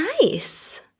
Nice